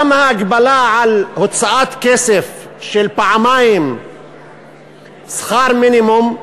גם ההגבלה על הוצאת כסף, של פעמיים שכר מינימום,